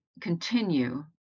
continue